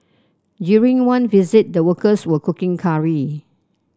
during one visit the workers were cooking curry